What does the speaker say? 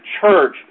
church